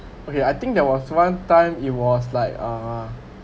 okay I think there was one time it was like err